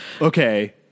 Okay